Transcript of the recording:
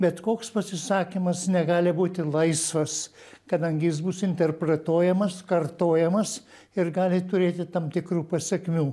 bet koks pasisakymas negali būti laisvas kadangi jis bus interpretuojamas kartojamas ir gali turėti tam tikrų pasekmių